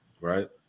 right